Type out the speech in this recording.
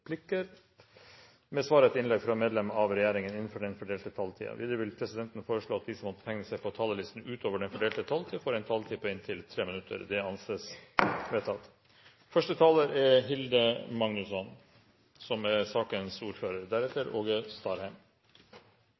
replikker med svar etter innlegg fra medlem av regjeringen innenfor den fordelte taletid. Videre vil presidenten foreslå at de som måtte tegne seg på talerlisten utover den fordelte taletid, får en taletid på inntil 3 minutter. – Det anses vedtatt. Som annonsert er